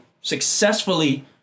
successfully